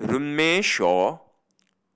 Runme Shaw